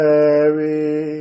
Mary